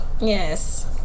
yes